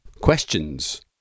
Questions